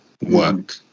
work